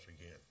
again